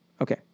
Okay